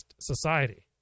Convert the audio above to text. society